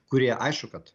kurie aišku kad